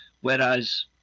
Whereas